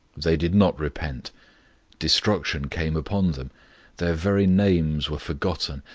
they did not repent destruction came upon them their very names were forgotten,